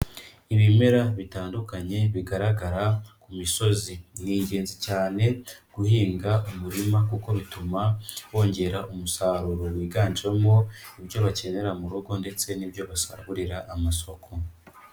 Ibimera bitandukanye bigaragara ku misozi. Ni ingenzi cyane guhinga umurima kuko bituma wongera umusaruro wiganjemo ibyo bakenera mu rugo ndetse n'ibyo basagurira amasoko.